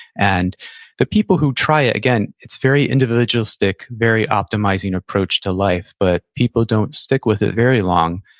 and the people who try it, again, it's very individualistic, very optimizing approach to life, but people don't stick with it very long,